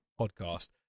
podcast